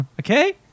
Okay